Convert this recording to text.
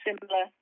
similar